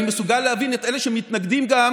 אני מסוגל להבין את אלה שמתנגדים גם